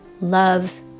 love